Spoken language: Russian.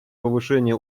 повышение